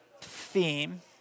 theme